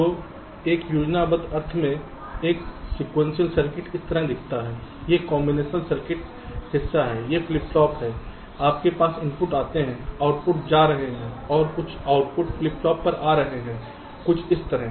तो एक योजनाबद्ध अर्थ में एक सीक्वेंशियल सर्किट इस तरह दिखता है यह कॉम्बिनेशन सर्किट हिस्सा है ये फ्लिप फ्लॉप हैं आपके पास इनपुट आते हैं आउटपुट जा रहे हैं और कुछ आउटपुट फ्लिप फ्लॉप पर आ रहे हैं कुछ इस तरह